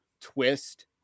twist